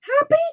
Happy